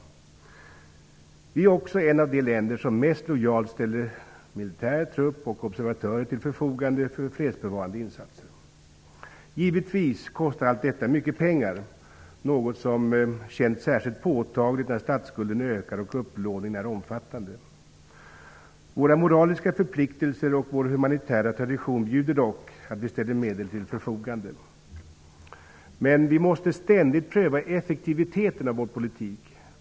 Sverige är också ett av de länder som mest lojalt ställt militär trupp och observatörer till förfogande för fredsbevarade insatser. Givetvis kostar allt detta mycket pengar, något som känns särskilt påtagligt när statsskulden ökar och upplåningen är omfattande. Våra moraliska förpliktelser och vår humanitära tradition bjuder dock att vi ställer medel till förfogande. Men vi måste ständigt pröva effektiviteten av vår politik.